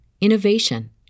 innovation